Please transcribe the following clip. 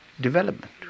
development